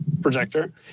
projector